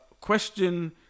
Question